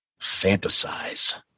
fantasize